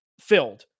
filled